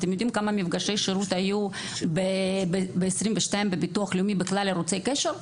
אתם יודעים כמה מפגשי שירות היו ב- 2022 בביטוח לאומי בכלל ערוצי קשר?